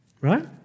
right